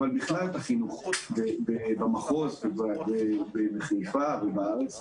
אבל בכלל את החינוך במחוז ובחיפה ובארץ.